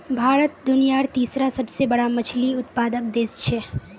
भारत दुनियार तीसरा सबसे बड़ा मछली उत्पादक देश छे